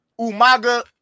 Umaga